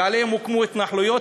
ועליהם הוקמו התנחלויות,